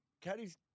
Caddies